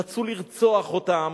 רצו לרצוח אותם.